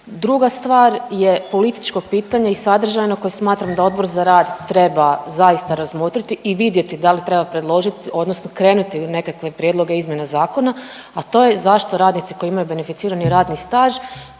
Druga stvar je političko pitanje i sadržajno koje smatramo da Odbor za rad treba zaista razmotriti i vidjeti da li treba predložiti odnosno krenuti u nekakve prijedloge zakona, a to je zašto radnici koji imaju beneficirani radni staž,